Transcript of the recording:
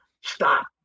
Stop